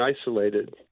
isolated